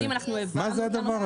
מה זה?